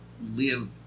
live